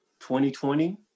2020